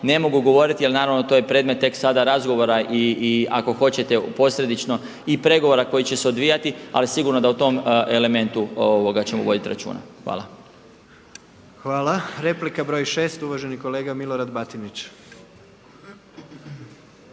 ne mogu govoriti jer naravno to je predmet tek sada razgovora i ako hoćete posljedično i pregovora koji će se odvijati ali sigurno da o tom elementu ćemo voditi računa. Hvala. **Jandroković, Gordan (HDZ)** Hvala. Replika broj 6 uvaženi kolega Milorad Batinić.